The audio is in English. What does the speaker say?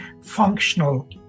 functional